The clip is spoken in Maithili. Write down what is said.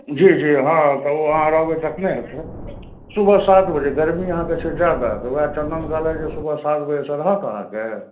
जी जी हँ तऽ ओ अहाँ रहबै तखने हेतै सुबह सात बजे गरमी अहाँकेँ छै जादा तऽ वएह चन्दन कहलकै जे सुबह सात बजेसे रहत अहाँकेँ